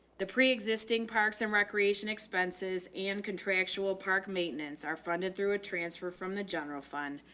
the preexisting parks and recreation expenses and contractual park maintenance are funded through a transfer from the general fund,